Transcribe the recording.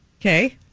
Okay